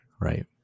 Right